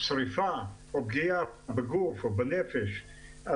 שריפה או פגיעה בגוף או בנפש,